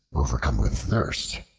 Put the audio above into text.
overcome with thirst,